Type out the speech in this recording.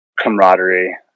camaraderie